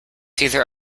either